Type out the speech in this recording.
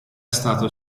stato